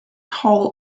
hall